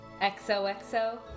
XOXO